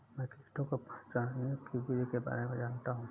मैं कीटों को पहचानने की विधि के बारे में जनता हूँ